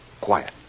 quiet